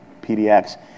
PDX